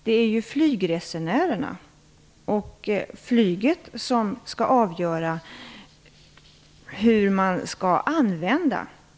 Det är ju flygresenärerna och flyget som skall avgöra hur flygplatserna skall användas.